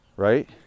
Right